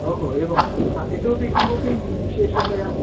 ओहो एवम् इतोऽपि किमपि विशेषतया